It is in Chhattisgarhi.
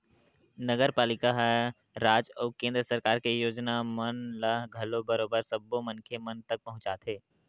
नगरपालिका ह राज अउ केंद्र सरकार के योजना मन ल घलो बरोबर सब्बो मनखे मन तक पहुंचाथे